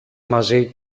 μαζί